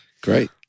Great